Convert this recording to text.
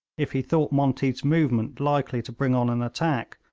if he thought monteath's movement likely to bring on an attack,